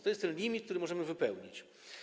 To jest ten limit, który możemy wypełnić.